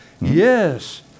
Yes